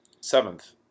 Seventh